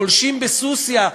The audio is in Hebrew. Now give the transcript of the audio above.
פולשים בסוסיא.